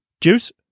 Juice